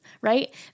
right